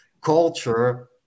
culture